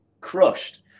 crushed